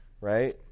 right